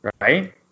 right